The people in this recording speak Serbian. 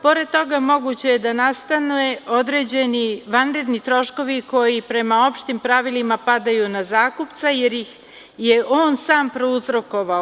Pored toga moguće je da nastane određeni vanredni troškovi koji prema opštim pravilima padaju na zakupce, jer ih je on sam prouzrokovao.